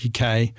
UK